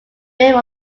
rim